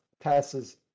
passes